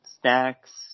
snacks